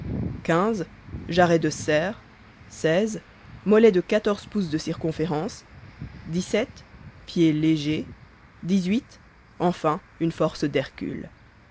jarrets de cerf mollets de quatorze pouces de circonférence pieds légers enfin une force d'hercule